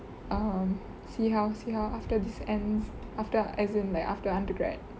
um see how see how after this ends after as in like after undergrad